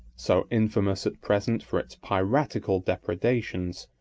so infamous at present for its piratical depredations,